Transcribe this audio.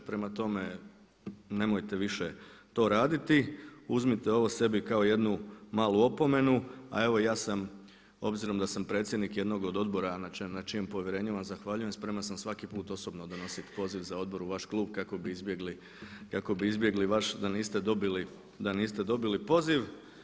Prema tome nemojte više to raditi, uzmite ovo sebi kao jednu malu opomenu a evo i ja sam, obzirom da sam predsjednik jednog od odbora na čijem povjerenju vam zahvaljujem, spreman sam svaki put osobno donositi poziv za odbor u vaš klub kako bi izbjegli baš da niste dobili poziv.